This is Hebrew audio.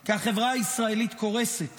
כי החברה הישראלית קורסת